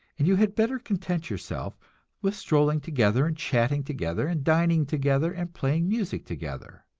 and you had better content yourself with strolling together and chatting together and dining together and playing music together.